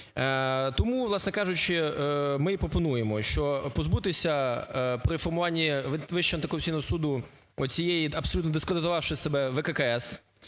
Тому, власне кажучи, ми і пропонуємо, що позбутися при формуванні Вищого антикорупційного суду оцієї, абсолютно дискредитувавшої себе ВККС,